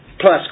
Plus